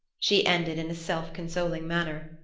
she ended in a self-consoling murmur.